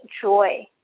joy